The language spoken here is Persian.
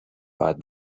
باید